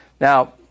Now